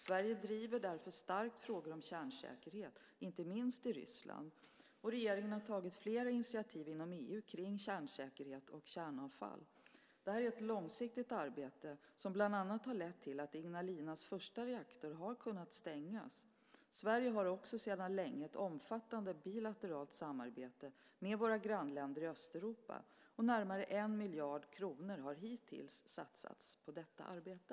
Sverige driver därför starkt frågor om kärnsäkerhet, inte minst i Ryssland. Regeringen har tagit flera initiativ inom EU kring kärnsäkerhet och kärnavfall. Detta är ett långsiktigt arbete som bland annat lett till att Ignalinas första reaktor har kunnat stängas. Sverige har också sedan länge ett omfattande bilateralt samarbete med våra grannländer i Östeuropa, och närmare 1 miljard kronor har hittills satsats på detta arbete.